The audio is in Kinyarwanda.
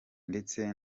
ndetse